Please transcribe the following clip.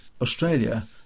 Australia